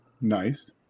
Nice